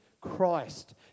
Christ